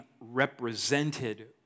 represented